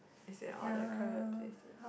is in all the crap places